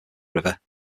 river